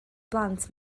blant